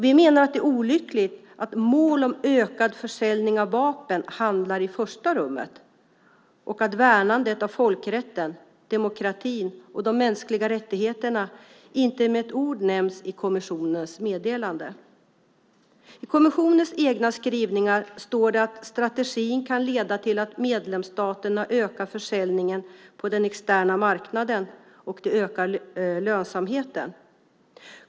Vi menar att det är olyckligt att mål om ökad försäljning av vapen hamnar i första rummet och att värnandet av folkrätten, demokratin och de mänskliga rättigheterna inte med ett ord nämns i kommissionens meddelande. I kommissionens egna skrivningar står det att strategin kan leda till att medlemsstaterna ökar försäljningen på den externa marknaden och ökar lönsamheten.